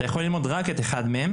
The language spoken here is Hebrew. אתה יכול ללמוד רק את אחד מהם